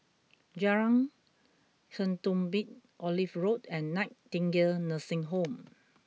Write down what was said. Jalan Ketumbit Olive Road and Nightingale Nursing Home